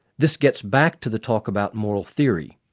this gets back to the talk about moral theory.